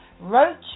roach